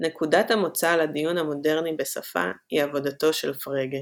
נקודת המוצא לדיון המודרני בשפה היא עבודתו של פרגה.